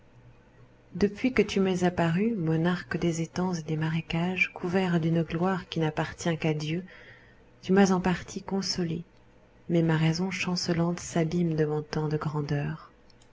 depuis que tu m'es apparu monarque des étangs et des marécages couvert d'une gloire qui n'appartient qu'à dieu tu m'as en partie consolé mais ma raison chancelante s'abîme devant tant de grandeur